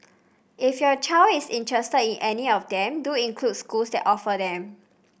if your child is interested in any of them do include schools that offer them